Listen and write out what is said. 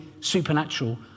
supernatural